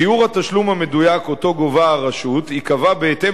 שיעור התשלום המדויק שהרשות המקומית גובה ייקבע בהתאם